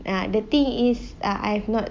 ah the thing is I I've not